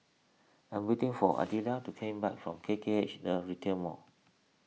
I am waiting for Adelia to come back from K K H the Retail Mall